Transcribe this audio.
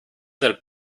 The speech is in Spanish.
del